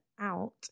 out